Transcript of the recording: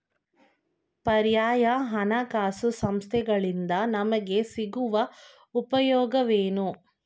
ಪರ್ಯಾಯ ಹಣಕಾಸು ಸಂಸ್ಥೆಗಳಿಂದ ನಮಗೆ ಸಿಗುವ ಉಪಯೋಗವೇನು?